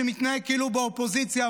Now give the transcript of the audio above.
שמתנהג כאילו הוא באופוזיציה,